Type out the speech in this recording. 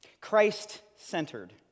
Christ-centered